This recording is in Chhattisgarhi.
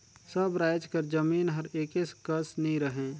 सब राएज कर जमीन हर एके कस नी रहें